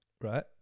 Right